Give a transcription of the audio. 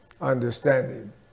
Understanding